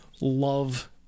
love